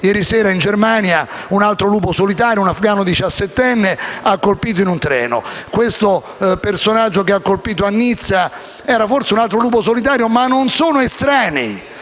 Ieri sera in Germania un altro lupo solitario, un diciassettenne afgano, ha colpito in un treno. La persona che ha colpito a Nizza era forse un altro lupo solitario, ma entrambi non sono estranei